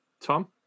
Tom